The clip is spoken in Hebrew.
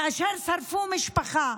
כאשר שרפו משפחה.